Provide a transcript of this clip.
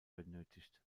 benötigt